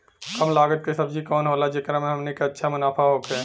कम लागत के सब्जी कवन होला जेकरा में हमनी के अच्छा मुनाफा होखे?